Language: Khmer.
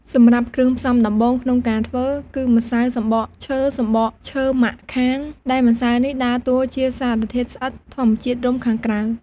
សម្រាប់គ្រឿងផ្សំដំបូងក្នុងការធ្វើ គឺម្សៅសំបកឈើ សំបកឈើម៉ាក់ខាង ដែលម្សៅនេះដើរតួជាសារធាតុស្អិតធម្មជាតិរុំខាងក្រៅ។